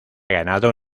ganado